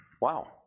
Wow